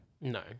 No